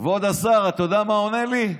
כבוד השר, אתה יודע מה הוא עונה לי?